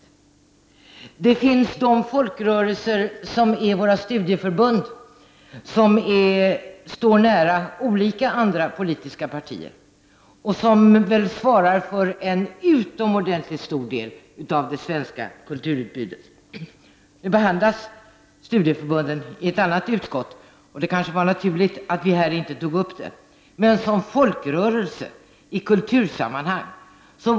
Det finns folkrörelser, våra studieförbund, som står nära olika andra politiska partier och som väl svarar för en utomordentligt stor del av det svenska kulturutbudet. Studieförbunden behandlas i ett annat utskott, och det var kanske naturligt att vi inte tog upp dem i det här sammanhanget.